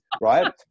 right